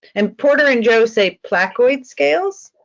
and porter and joe say placoid scales.